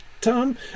tom